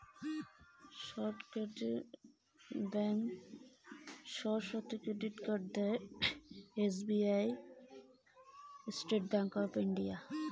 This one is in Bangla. সহজ শর্তে ক্রেডিট কার্ড দেয় কোন ব্যাংক?